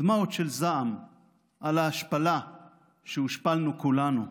דמעות של זעם על ההשפלה שהושפלנו כולנו,